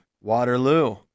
Waterloo